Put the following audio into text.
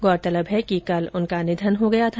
गौरतलब है कि कल उनका निधन हो गया था